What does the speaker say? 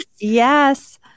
Yes